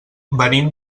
venim